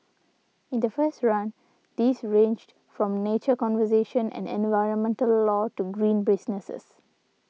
in the first run these ranged from nature conservation and environmental law to green businesses